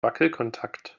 wackelkontakt